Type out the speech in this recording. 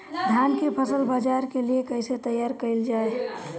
धान के फसल बाजार के लिए कईसे तैयार कइल जाए?